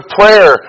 prayer